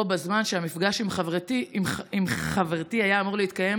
בזמן שהמפגש עם חברתי היה אמור להתקיים